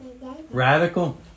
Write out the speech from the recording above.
radical